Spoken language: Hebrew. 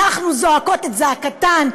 אנחנו זועקות את זעקתן,